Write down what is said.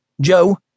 Joe